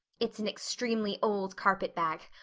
it's an extremely old carpet-bag.